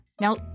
Now